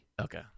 Okay